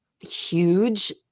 huge